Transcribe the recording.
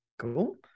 Cool